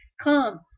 Come